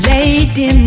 Lady